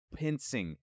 pincing